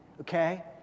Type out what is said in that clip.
Okay